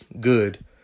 good